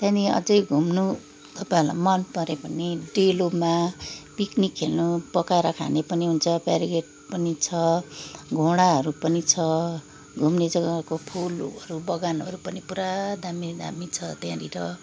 त्यहाँ पनि अझै घुम्नु तपाईँहरूलाई मन पऱ्यो भने डेलोमा पिक्निक खेल्नु पकाएर खाने पनि हुन्छ ब्यारिकेड पनि छ घोडाहरू पनि छ घुम्ने जगाको फुलहरू बगानहरू पनि पुरा दामी दामी छ त्यहाँनिर